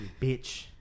bitch